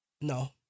No